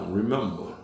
remember